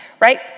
Right